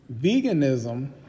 Veganism